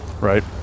Right